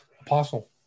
apostle